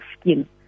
skin